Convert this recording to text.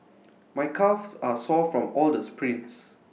my calves are sore from all the sprints